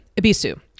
ibisu